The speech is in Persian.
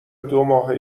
دوماه